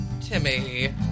Timmy